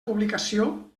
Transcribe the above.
publicació